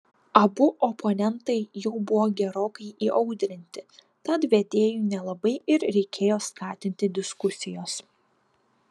abu oponentai jau buvo gerokai įaudrinti tad vedėjui nelabai ir reikėjo skatinti diskusijos